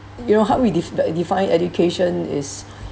you know help we def~ define education is